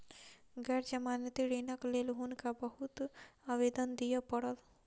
गैर जमानती ऋणक लेल हुनका बहुत आवेदन दिअ पड़ल